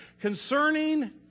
concerning